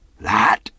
That